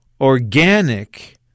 organic